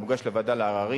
המוגש לוועדה לעררים,